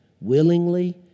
willingly